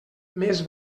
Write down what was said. més